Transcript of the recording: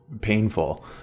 painful